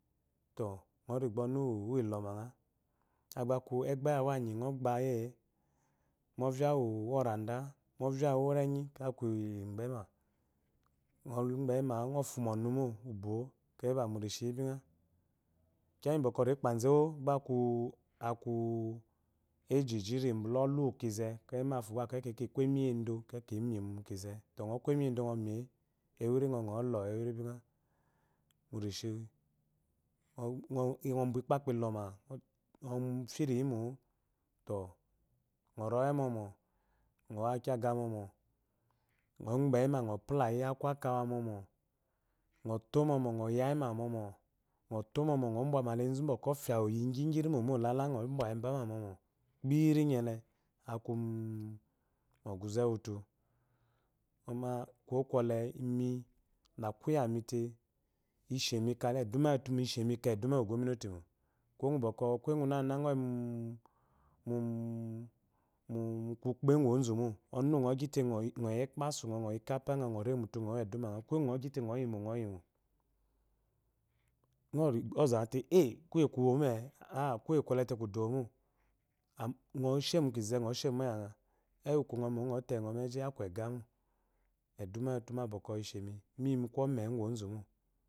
Ngɔfya yi embic ubᴏse, aba ku egba lyi awanyi, ngɔ bga yie mu ovya wu orada, ovya uwu uworêngu ba ku lybema la gbeyima ngɔ fumo ɔnu mo ubwo, ékéyiba rishi bingagha. kiya iggi bwɔkwɔ ri kpanzu ewo gba aku, aku ejijiri mbula ɔlu uwu kenze, gba mafo lki ku emiyi edó ki mu rishi, ngɔ bwa ikpakpa ilɔma ngɔ fyiri yimo to ngɔ ngɔ ri ɔwe mɔmo, ngɔ wo akyaga mɔmɔ, ngɔ gbe yima, ngɔ pulayi aku akawa mɔmɔ, ngɔ to mɔmɔ ngɔ yayima mɔmɔ ngɔ to mɔmɔ ngɔ bwaba ma. kpiri nyele aku mu guze wutu ngo kuwop kwole imi la aku lyami te ishemi ikale eduna lyi utu ishémí ikah eduma lyi ogwamnatimo, kuwo bwɔkwɔ kwuye ngunanguna ngɔ yi mu kugbe ngu ozu mo ngɔ gyite ngɔ yimo ngɔ yimo ngɔ yimo, ngɔ rigbo ozate e kuye kuwo mye kuye kwɔ lɔte kuduwɔmo, ama ngɔ shému kize ngɔ shemo iyangha ewu ikumoo ngɔ tɛ yi ngɔ meji, inyi aku egamo eduma lyi utu ma bwokwo ishémi kena miyi mu kwome ngwu onzu mo.